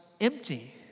empty